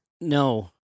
No